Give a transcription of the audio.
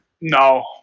No